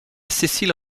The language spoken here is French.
cecil